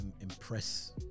impress